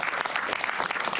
בהצלחה.